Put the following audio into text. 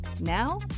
Now